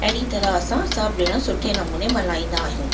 अहिड़ी तरह असां सभु जणा सुठे नमूने मल्हाईंदा आहियूं